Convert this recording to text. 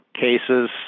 cases